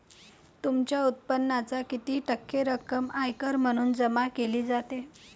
तुमच्या उत्पन्नाच्या किती टक्के रक्कम आयकर म्हणून जमा केली जाते?